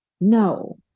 no